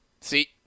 See